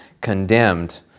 condemned